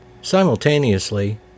Simultaneously